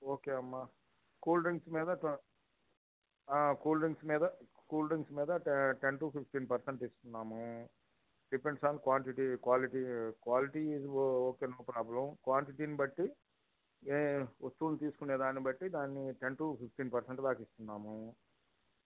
okay అమ్మా cool drinks మీద cool drinks మీద కూల్ డ్రింక్స్ మీద టెన్ టు ఫిఫ్టీన్ పర్సెంట్ ఇస్తున్నాము depends on quantity quality quality is oh okay no problem క్వాంటిటీని బట్టి ఏ వస్తువును తీసుకునే దాన్ని బట్టి దాని టెన్ టు ఫిఫ్టీన్ పర్సెంట్ దాక ఇస్తున్నాము